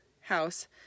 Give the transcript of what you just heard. house